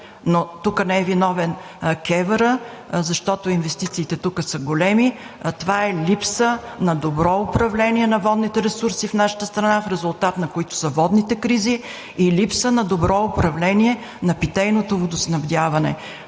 Тук не е виновна КЕВР, защото инвестициите са големи, а това е липса на добро управление на водните ресурси в нашата страна, в резултат на които са водните кризи, и липса на добро управление на питейното водоснабдяване.